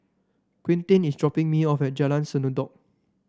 Quinten is dropping me off at Jalan Sendudok